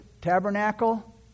tabernacle